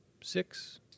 six